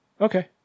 Okay